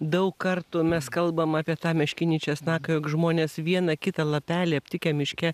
daug kartų mes kalbam apie tą meškinį česnaką jog žmonės vieną kitą lapelį aptikę miške